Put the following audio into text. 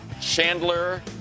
Chandler